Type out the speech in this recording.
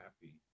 happy